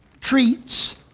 treats